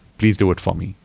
please do it for me,